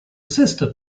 sister